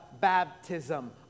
baptism